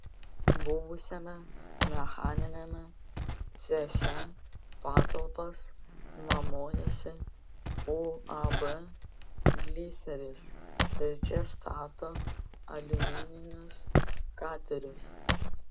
buvusiame mechaniniame ceche patalpas nuomojasi uab gliseris ir čia stato aliumininius katerius